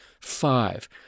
Five